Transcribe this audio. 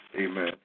Amen